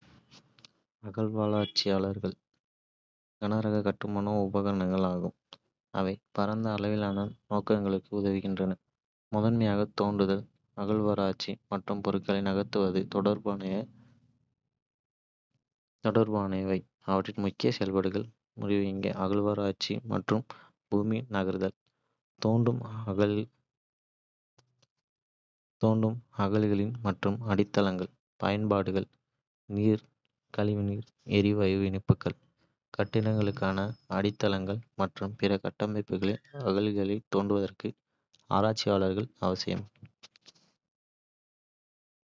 அகழ்வாராய்ச்சிகள் கனரக கட்டுமான உபகரணங்கள் ஆகும், அவை பரந்த அளவிலான நோக்கங்களுக்கு உதவுகின்றன, முதன்மையாக தோண்டுதல், அகழ்வாராய்ச்சி மற்றும் பொருட்களை நகர்த்துவது தொடர்பானவை. அவற்றின் முக்கிய செயல்பாடுகளின் முறிவு இங்கே. அகழ்வாராய்ச்சி மற்றும் பூமி நகர்த்தல். தோண்டும் அகழிகள் மற்றும் அடித்தளங்கள் பயன்பாடுகள் நீர், கழிவுநீர், எரிவாயு இணைப்புகள், கட்டிடங்களுக்கான அடித்தளங்கள் மற்றும் பிற கட்டமைப்புகளுக்கான அகழிகளை தோண்டுவதற்கு அகழ்வாராய்ச்சிகள் அவசியம்.